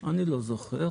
אני לא זוכר.